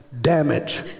damage